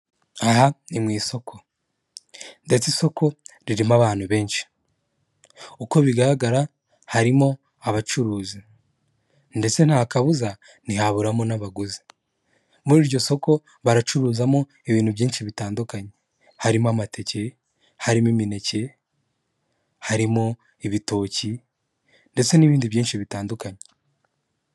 Aha ni mu isoko, ndetse isoko ririmo abantu benshi. Uko bigaragara, harimo abacuruzi ndetse nta kabuza ntihaburamo n'abaguzi, muri iryo soko baracuruzamo ibintu byinshi bitandukanye, harimo amateke, harimo imineke, harimo ibitoki, ndetse n'ibindi byinshi bitandukanye.